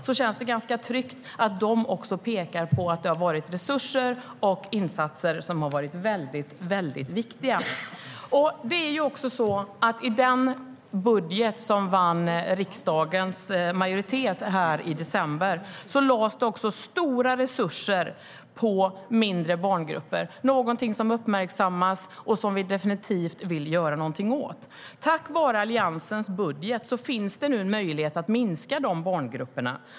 Det känns ganska tryggt att de pekar på att det har varit väldigt viktiga resurser och insatser. Tack vare Alliansens budget finns det nu en möjlighet att minska barngrupperna.